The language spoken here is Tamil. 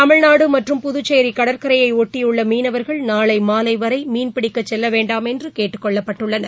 தமிழ்நாடுமற்றும் புதுச்சேரிகடற்கரையைஒட்டியுள்ளமீனவர்கள் நாளைமாலைவரைமீன்பிடிக்கசெல்லவேண்டாம் என்றுகேட்டுக் கொள்ளப்பட்டுள்ளனர்